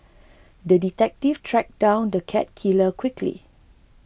the detective tracked down the cat killer quickly